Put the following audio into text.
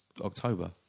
October